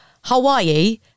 hawaii